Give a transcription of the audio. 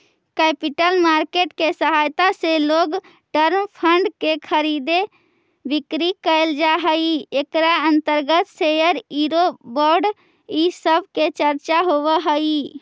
capital market के सहायता से लोंग टर्म फंड के खरीद बिक्री कैल जा हई इकरा अंतर्गत शेयर यूरो बोंड इ सब के चर्चा होवऽ हई